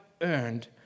earned